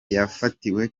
yafatiwe